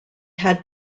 had